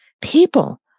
People